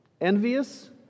envious